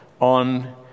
on